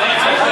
אייכלר,